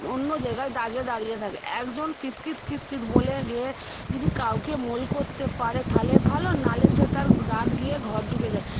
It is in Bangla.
অন্য জায়গায় দাগে দাঁড়িয়ে থাকে একজন কিতকিত কিতকিত বলে গিয়ে যদি কাউকে মোল করতে পারে তালে ভালো নাহলে সে তার দাগ দিয়ে ঘর ঢুকে যায়